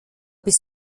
bis